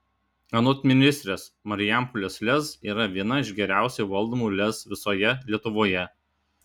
anot ministrės marijampolės lez yra viena iš geriausiai valdomų lez visoje lietuvoje